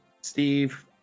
Steve